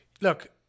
look